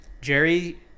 Jerry